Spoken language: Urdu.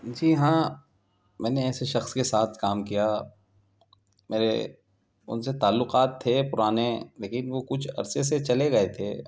جی ہاں میں نے ایسے شخص کے ساتھ کام کیا میرے ان سے تعلقات تھے پرانے لیکن وہ کچھ عرصہ سے چلے گئے تھے